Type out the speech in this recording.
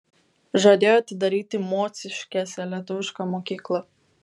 žadėjo atidaryti mociškėse lietuvišką mokyklą